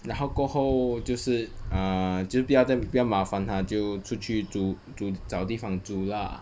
然后过后就是 err 就是不要再不要麻烦她就出去住住找地方住 lah